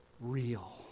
real